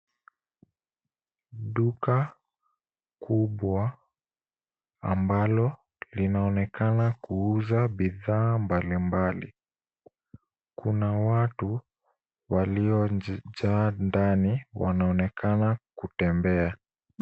Duka kubwa ambalo linaonekana kuuza bidhaa mbalimbali. Kuna watu, waliojaa ndani, wanaonekana kutembea.